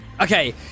Okay